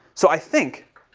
so i think.